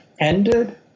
ended